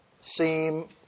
seem